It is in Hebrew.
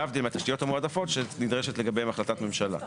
להבדיל מהתשתיות המועדפות שנדרשת לגביהן החלטת ממשלה ספציפית.